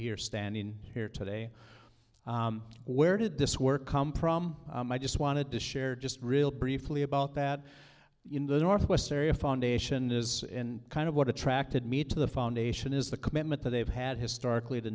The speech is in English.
here standing here today where did this work come from i just wanted to share just real briefly about that in the northwest area foundation is kind of what attracted me to the foundation is the commitment that they've had historically t